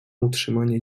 utrzymanie